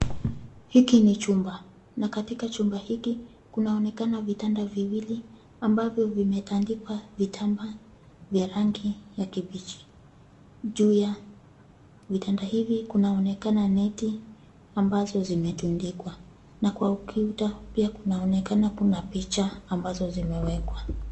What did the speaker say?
Hiki ni chumba, na katika chumba hiki kunaonekana vitanda viwili ambavyo vimetandikwa vitambaa vya rangi ya kibichi. Juu ya vitanda hivi kunaonekana neti ambazo zimetundikwa, na kwa ukuta pia kunaonekana kuna picha ambazo zimewekwa.